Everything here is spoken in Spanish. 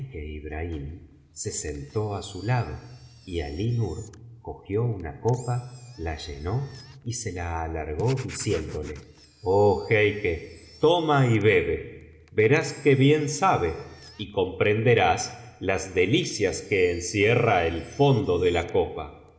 se sentó á su lado y alí nur cogió una copa la llenó y se la alargó diciéndole oh jeique toma y bebe verás qué bien sabe y comprenderás las delicias que encierra el fondo de la copa